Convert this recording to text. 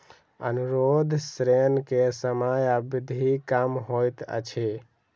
अनुरोध ऋण के समय अवधि कम होइत अछि